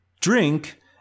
drink